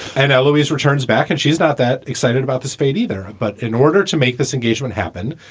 and louise returns back and she's not that excited about this fate either. but in order to make this engagement happen,